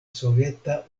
soveta